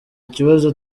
kibazo